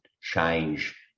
change